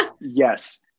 Yes